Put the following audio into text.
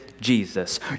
Jesus